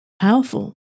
powerful